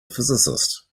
physicist